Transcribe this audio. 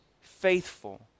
faithful